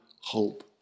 hope